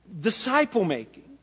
disciple-making